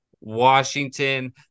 Washington